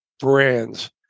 brands